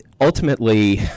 Ultimately